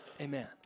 Amen